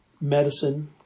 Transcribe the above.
medicine